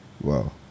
wow